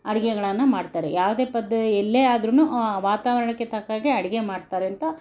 ಅಡುಗೆಗಳನ್ನು ಮಾಡ್ತಾರೆ ಯಾವುದೇ ಪದ್ಧ ಎಲ್ಲೇ ಆದ್ರೂ ವಾತಾವರಣಕ್ಕೆ ತಕ್ಕಾಗೆ ಅಡುಗೆ ಮಾಡ್ತಾರೆಂತ